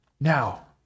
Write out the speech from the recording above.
now